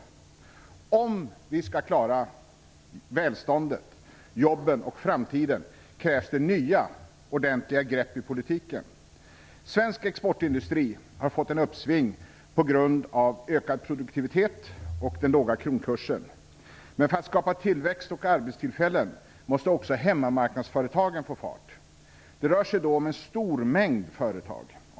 För att vi skall klara välståndet, jobben och framtiden krävs det nya ordentliga grepp i politiken. Svensk exportindustri har fått ett uppsving på grund av ökad produktivitet och en låg kronkurs, men för att skapa tillväxt och arbetstillfällen måste också hemmamarknadsföretagen få fart. Det rör sig om en stor mängd företag.